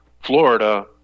Florida